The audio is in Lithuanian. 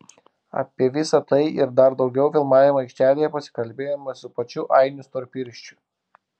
apie visa tai ir dar daugiau filmavimo aikštelėje pasikalbėjome su pačiu ainiu storpirščiu